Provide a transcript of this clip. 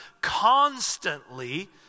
constantly